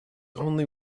only